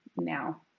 now